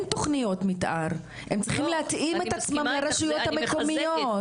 תוכניות מתאר הם צריכים להתאים את עצמם לרשויות המקומיות.